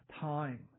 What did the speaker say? time